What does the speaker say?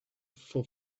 for